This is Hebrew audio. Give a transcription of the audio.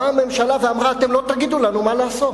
באה הממשלה ואמרה: אתם לא תגידו לנו מה לעשות.